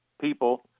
people